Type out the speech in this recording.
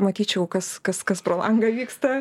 matyčiau kas kas kas pro langą vyksta